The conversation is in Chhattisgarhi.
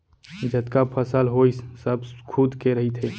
जतका फसल होइस सब खुद के रहिथे